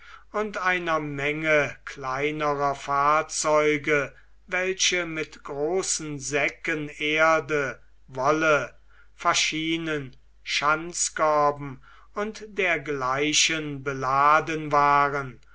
und einer menge kleinerer fahrzeuge welche mit großen säcken erde wolle faschinen schanzkörben und dergleichen beladen waren